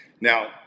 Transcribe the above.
Now